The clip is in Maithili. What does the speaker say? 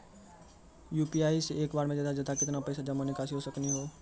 यु.पी.आई से एक बार मे ज्यादा से ज्यादा केतना पैसा जमा निकासी हो सकनी हो?